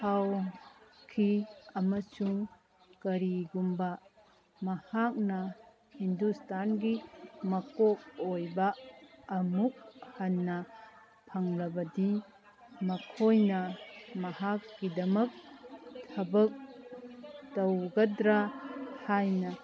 ꯐꯥꯎꯈꯤ ꯑꯃꯁꯨꯡ ꯀꯔꯤꯒꯨꯝꯕ ꯃꯍꯥꯛꯅ ꯍꯤꯟꯗꯨꯁꯇꯥꯟꯒꯤ ꯃꯀꯣꯛ ꯑꯣꯏꯕ ꯑꯃꯨꯛ ꯍꯟꯅ ꯐꯪꯂꯕꯗꯤ ꯃꯈꯣꯏꯅ ꯃꯍꯥꯛꯀꯤꯗꯃꯛ ꯊꯕꯛ ꯇꯧꯒꯗ꯭ꯔ ꯍꯥꯏꯅ